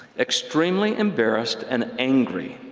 extremely embarrassed and angry,